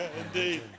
Indeed